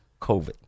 COVID